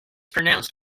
pronounced